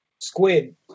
Squid